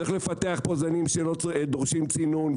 צריך לפתח פה זנים שלא דורשים צינון,